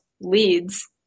leads